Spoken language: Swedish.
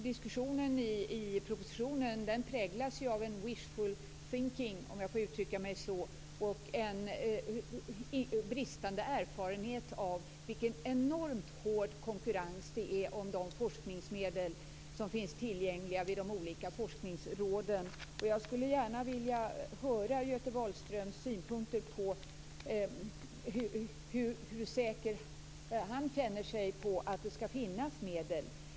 Diskussionen i propositionen präglas av wishfull thinking, om jag får uttrycka mig så, och en bristande erfarenhet av vilken enormt hård konkurrens det är om de forskningsmedel som finns tillgängliga vid de olika forskningsråden. Jag skulle gärna vilja höra Göte Wahlströms synpunkter på hur säker han känner sig på att det skall finnas medel.